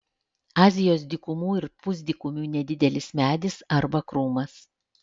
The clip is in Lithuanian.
azijos dykumų ir pusdykumių nedidelis medis arba krūmas